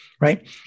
right